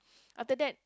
after that